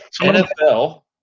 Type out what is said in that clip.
NFL